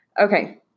Okay